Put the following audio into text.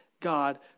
God